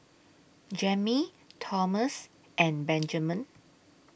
Jammie Thomas and Benjamen